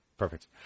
Perfect